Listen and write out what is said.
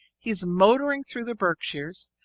he's motoring through the berkshires,